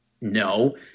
No